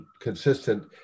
consistent